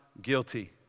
guilty